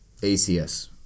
ACS